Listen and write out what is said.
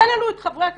תן לנו, חברי הכנסת,